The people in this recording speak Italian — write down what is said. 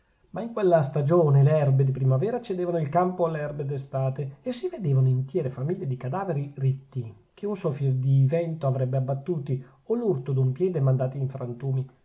ma in quella stagione le erbe di primavera cedevano il campo alle erbe d'estate e si vedevano intiere famiglie di cadaveri ritti che un soffio di vento avrebbe abbattuti o l'urto d'un piede mandati in frantumi